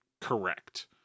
correct